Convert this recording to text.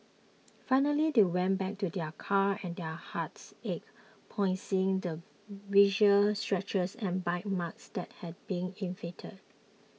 finally they went back to their car and their hearts ached upon seeing the visible scratches and bite marks that had been inflicted